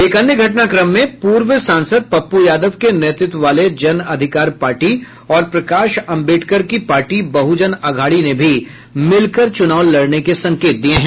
एक अन्य घटनाक्रम में पूर्व सांसद पप्पू यादव के नेतृत्व वाले जन अधिकार पार्टी और प्रकाश अम्बेडकर की पार्टी बहुजन अघाड़ी ने भी मिलकर चुनाव लड़ने के संकेत दिये हैं